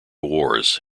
wars